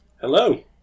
Hello